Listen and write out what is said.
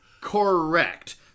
correct